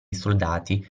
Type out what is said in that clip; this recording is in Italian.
soldati